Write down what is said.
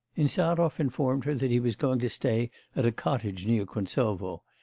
insarov informed her that he was going to stay at a cottage near kuntsovo,